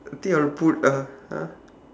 I think I will put (uh huh)